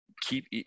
keep